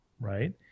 right